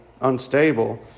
unstable